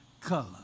color